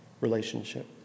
relationship